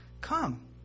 Come